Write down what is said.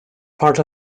part